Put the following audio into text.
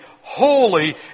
holy